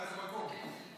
איזה מקום?